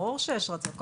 ברור שיש רצון.